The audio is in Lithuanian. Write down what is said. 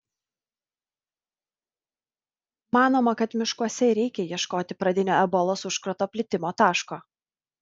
manoma kad miškuose ir reikia ieškoti pradinio ebolos užkrato plitimo taško